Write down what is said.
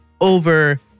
over